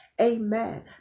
Amen